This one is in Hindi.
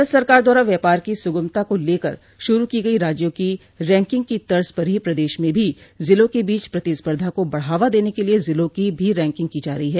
भारत सरकार द्वारा व्यापार की सुगमता को लेकर शुरू की गई राज्यों की रैंकिंग की तर्ज पर ही प्रदेश में भी जिलों के बीच प्रतिस्पर्धा को बढ़ावा देने के लिये जिलों की भी रैंकिंग की जा रही है